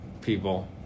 people